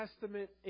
Testament